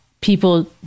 people